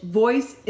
voice